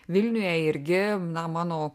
vilniuje irgi na mano